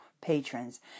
patrons